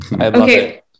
okay